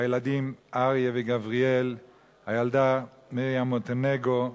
הילדים אריה וגבריאל והילדה מרים מונסונגו,